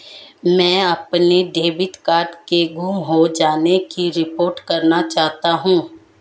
मैं अपने debit card के गुम हो जाने की रिपोर्ट करना चाहता हूँ